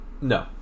no